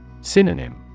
Synonym